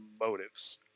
motives